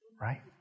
Right